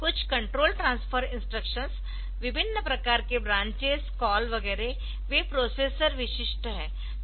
कुछ control transfer instructions विभिन्न प्रकार के ब्रांचेस कॉल वगैरह वे प्रोसेसर विशिष्ट है